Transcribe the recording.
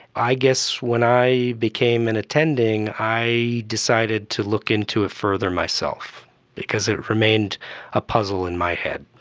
i guess when i became an attending i decided to look into it further myself because it remained a puzzle in my head.